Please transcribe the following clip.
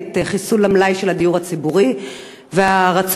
חיסול המלאי של הדיור הציבורי והרצון היום